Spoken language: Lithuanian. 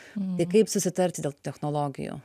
tai kaip susitarti dėl technologijų